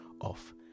off